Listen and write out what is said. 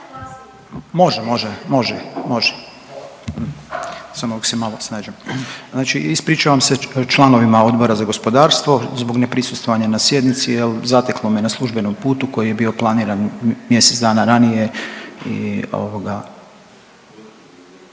Može, može, može, može. Samo dok se malo ne snađem. Znači ispričavam se članovima Odbora za gospodarstvo zbog neprisustvovanja na sjednici jer zateklo me na službenom putu koji je bio planiran mjesec dana ranije